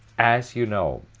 as you know,